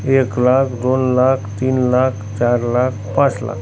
एक लाख दोन लाख तीन लाख चार लाख पाच लाख